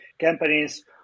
companies